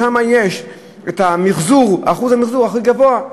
שם אחוז המחזור הכי גבוה.